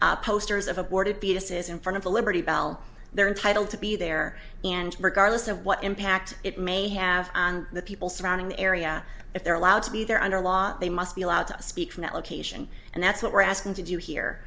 tall posters of aborted foetuses in front of the liberty bell they're entitled to be there and regardless of what impact it may have the people surrounding the area if they're allowed to be there under law they must be allowed to speak from that location and that's what we're asking to do here